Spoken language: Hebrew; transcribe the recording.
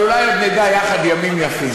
אבל אולי עוד נדע יחד ימים יפים.